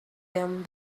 them